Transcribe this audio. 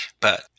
But-